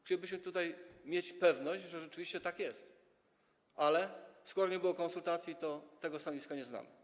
Chcielibyśmy tutaj mieć pewność, że rzeczywiście tak jest, ale skoro nie było konsultacji, to tego stanowiska nie znamy.